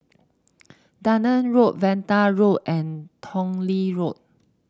Dunearn Road Vanda Road and Tong Lee Road